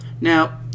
Now